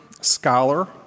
scholar